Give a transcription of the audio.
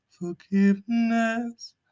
Forgiveness